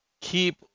Keep